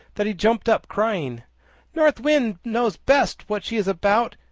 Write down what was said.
that he jumped up, crying north wind knows best what she is about.